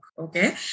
okay